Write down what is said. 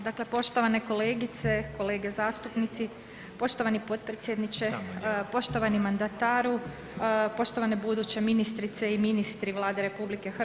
Dakle poštovane kolegice, kolege zastupnici, poštovani potpredsjedniče, poštovani mandataru, poštovane buduće ministrice i ministrice Vlade RH.